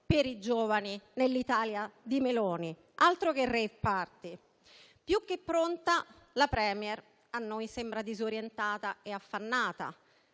per i giovani nell'Italia di Meloni, altro che *rave party*. Più che pronta, la *Premier* a noi sembra disorientata e affannata.